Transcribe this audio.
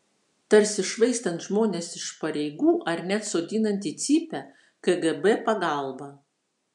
tarsi švaistant žmones iš pareigų ar net sodinant į cypę kgb pagalba